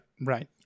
right